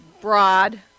broad